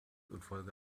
infolge